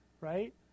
right